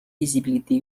visibilité